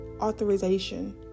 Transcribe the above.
Authorization